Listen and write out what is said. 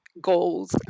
goals